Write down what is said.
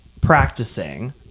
practicing